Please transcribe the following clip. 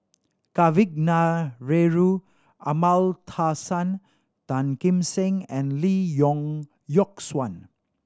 Kavignareru Amallathasan Tan Kim Seng and Lee Yock Suan